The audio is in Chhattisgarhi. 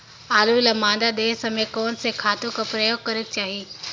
आलू ल मादा देहे समय म कोन से खातु कर प्रयोग करेके चाही?